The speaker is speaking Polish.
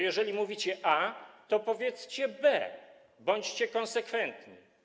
Jeżeli mówicie „a”, to powiedzcie „b”, bądźcie konsekwentni.